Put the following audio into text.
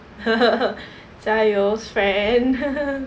加油 friend